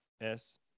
S-